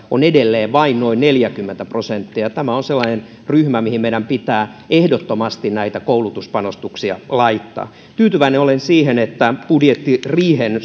on edelleen vain noin neljäkymmentä prosenttia tämä on sellainen ryhmä mihin meidän pitää ehdottomasti näitä koulutuspanostuksia laittaa tyytyväinen olen siihen että budjettiriihen